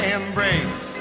embrace